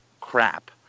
crap